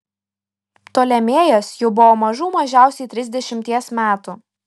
ptolemėjas jau buvo mažų mažiausiai trisdešimties metų